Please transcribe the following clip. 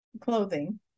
clothing